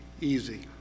easy